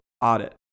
audit